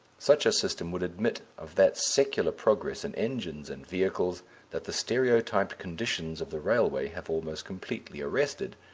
such a system would admit of that secular progress in engines and vehicles that the stereotyped conditions of the railway have almost completely arrested,